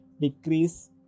decrease